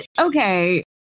okay